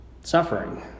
Suffering